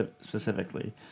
specifically